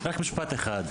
רק משפט אחד.